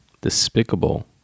despicable